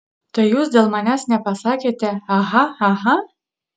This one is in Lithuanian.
tai jūs dėl manęs nepasakėte aha aha